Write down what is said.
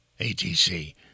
ATC